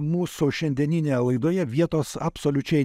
mūsų šiandieninėje laidoje vietos absoliučiai